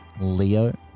leo